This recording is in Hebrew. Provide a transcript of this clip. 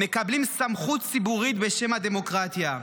מקבלים סמכות ציבורית בשם הדמוקרטיה.